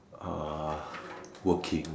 uh working